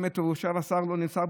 שר האוצר לא נמצא,